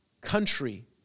country